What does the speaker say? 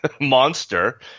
monster